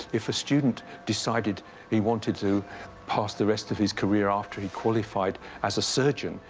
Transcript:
if a student decided he wanted to pass the rest of his career after he qualified as a surgeon,